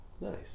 nice